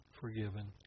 forgiven